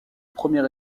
premier